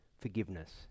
forgiveness